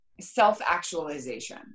self-actualization